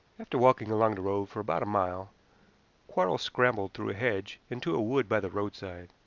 after walking along the road for about a mile quarles scrambled through a hedge into a wood by the roadside.